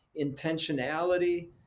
intentionality